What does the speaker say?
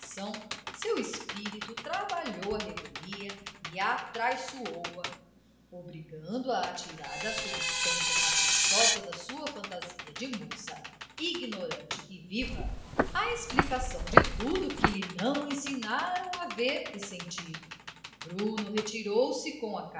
educação seu espírito trabalhou à revelia e atraiçoou a obrigando-a a tirar da substância caprichosa da sua fantasia de moça ignorante e viva a explicação de tudo que lhe não ensinaram a ver e sentir bruno retirou-se com a